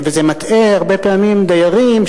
פה אתה מבקש את הרוב בלבד.